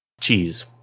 cheese